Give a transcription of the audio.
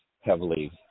heavily